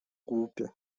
głupie